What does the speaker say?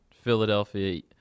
Philadelphia